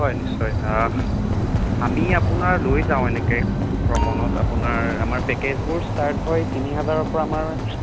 হয় নিশ্চয় আমি আপোনাৰ লৈ যাওঁ এনেকে ভ্ৰমনত আপোনাৰ আমাৰ পেকেজবোৰ ষ্টাৰ্ট হয় তিনি হাজাৰৰ পৰা আমাৰ